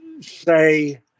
say